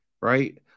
right